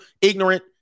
ignorant